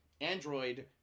Android